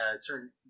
certain